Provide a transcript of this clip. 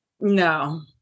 No